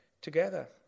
together